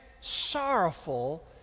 sorrowful